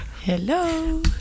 Hello